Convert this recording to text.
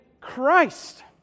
Christ